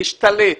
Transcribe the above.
להשתלט,